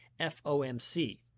FOMC